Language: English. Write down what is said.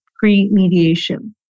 pre-mediation